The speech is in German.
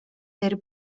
der